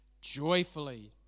joyfully